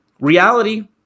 reality